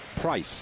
Price